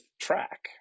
track